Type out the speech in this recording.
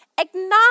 acknowledge